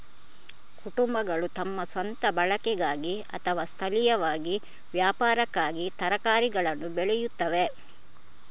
ಕುಟುಂಬಗಳು ತಮ್ಮ ಸ್ವಂತ ಬಳಕೆಗಾಗಿ ಅಥವಾ ಸ್ಥಳೀಯವಾಗಿ ವ್ಯಾಪಾರಕ್ಕಾಗಿ ತರಕಾರಿಗಳನ್ನು ಬೆಳೆಯುತ್ತವೆ